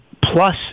Plus